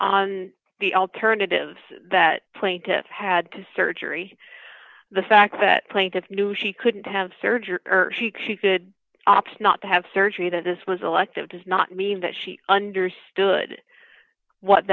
on the alternatives that plaintiffs had to surgery the fact that plaintiffs knew she couldn't have surgery she could opt not to have surgery that this was elective does not mean that she understood what